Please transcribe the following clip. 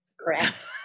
Correct